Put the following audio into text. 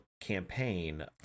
campaign